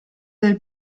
del